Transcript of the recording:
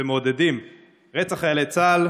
מעודדים רצח חיילי צה"ל,